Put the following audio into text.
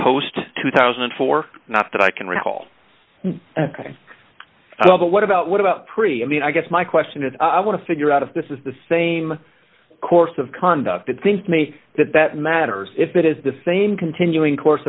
post two thousand and four not that i can recall ok but what about what about preemie i guess my question is i want to figure out if this is the same course of conduct it seems to me that that matters if it is the same continuing course